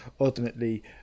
ultimately